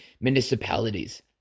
municipalities